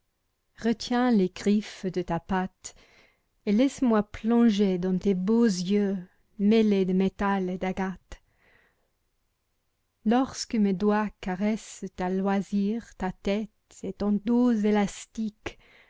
retiens les griffes de ta patte et laisse-moi plonger dans tes beaux yeux mêlés de métal et d'agate lorsque mes doigts caressent à loisir ta tête et ton dos élastique